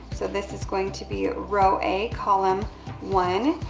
so this is going to be row a, column one,